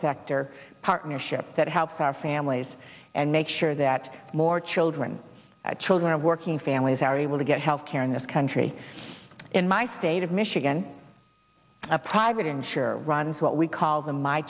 sector partnership that helps our families and make sure that more children children of working families are able to get health care in this country in my state of michigan a private insurer runs what we call the my